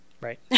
Right